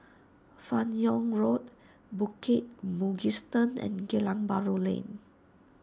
Fan Yoong Road Bukit Mugliston and Geylang Bahru Lane